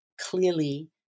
clearly